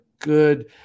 good